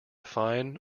fine